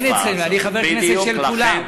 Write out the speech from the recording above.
אין אצלנו, אני חבר כנסת של כולם.